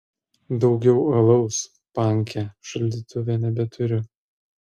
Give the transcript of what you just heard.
daugiau alaus panke šaldytuve nebeturiu